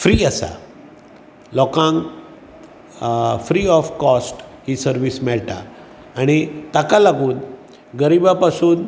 free आसा लोकांक free of cost ही सर्वीस मेळटा आनी ताका लागून गरिबा पासून